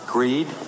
Greed